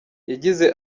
yagize